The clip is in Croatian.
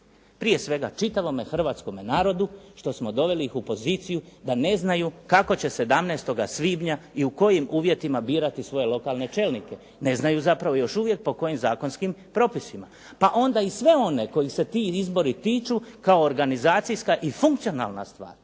prije svega čitavome hrvatskom narodu što smo doveli ih u poziciju da ne znaju kako će 17. svibnja i u kojim uvjetima birati svoje lokalne čelnike. Ne znaju zapravo još uvijek po kojim zakonskim propisima. Pa onda i sve one koji se ti izbori tiču kao organizacijska i funkcionalna stvar,